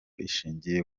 ishingiye